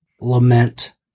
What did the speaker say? lament